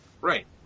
Right